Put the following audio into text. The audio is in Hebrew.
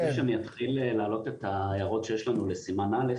לפני שאני אתחיל להעלות את ההערות שיש לנו לסימן א',